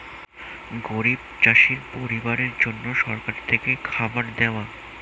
গরিব চাষি পরিবারের জন্য সরকার থেকে খাবার দেওয়া